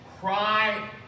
cry